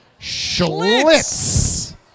Schlitz